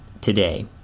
today